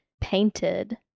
painted